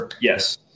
Yes